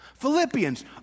Philippians